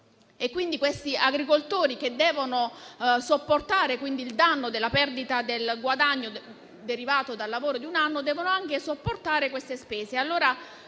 Quegli agricoltori, che devono sopportare il danno della perdita del guadagno derivato dal lavoro di un anno, devono anche sopportare queste spese.